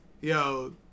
yo